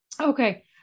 Okay